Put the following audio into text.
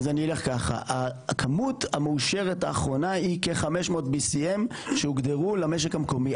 הכמות המאושרת האחרונה היא כ-BCM500 שהוגדרו למשק המקומי.